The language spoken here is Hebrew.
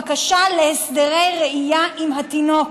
בקשה להסדרי ראייה עם התינוק.